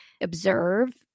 observe